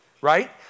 right